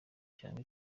cyangwa